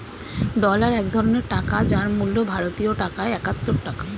dollar এক ধরনের টাকা যার মূল্য ভারতীয় টাকায় একাত্তর টাকা